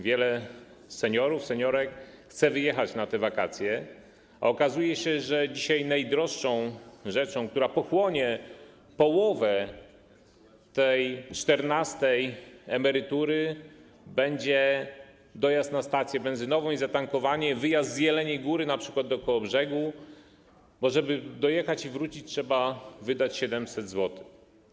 Wiele seniorów, seniorek chce wyjechać na wakacje, a okazuje się, że dzisiaj najdroższą rzeczą, która pochłonie połowę tej czternastej emerytury, będzie dojazd na stację benzynową i zatankowanie, wyjazd z Jeleniej Góry np. do Kołobrzegu, bo żeby dojechać i wrócić, trzeba na taki wyjazd wydać 700 zł.